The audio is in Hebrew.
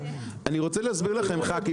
אני רוצה להסביר לכם ח"כים,